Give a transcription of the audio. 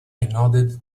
nodded